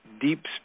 deep